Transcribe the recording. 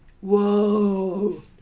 whoa